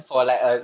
cannot lah